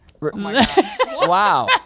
wow